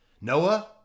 noah